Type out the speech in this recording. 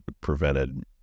prevented